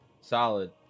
Solid